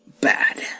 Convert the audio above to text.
bad